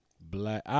black